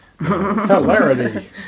Hilarity